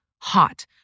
hot